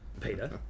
Peter